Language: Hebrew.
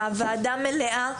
הוועדה מלאה,